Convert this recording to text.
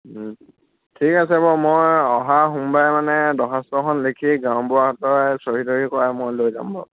ঠিক আছে বাৰু মই অহা সোমবাৰে মানে দৰ্খাস্ত এখন লিখি গাওঁবুঢ়াৰ হতুৱাই চহী তহী কৰাই মই লৈ যাম বাৰু